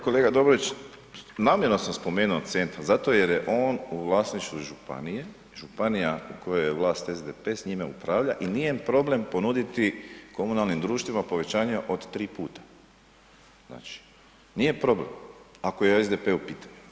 Kolega Dobrović, namjerno sam spomenuo centar zato jer je on u vlasništvu županija, županija u kojoj je vlast SDP s njime upravlja i nije problem ponuditi komunalnim društvima povećanje od 3 puta, znači, nije problem ako je SDP u pitanju.